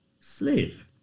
slave